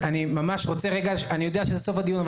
אני יודע שזה סוף הדיון,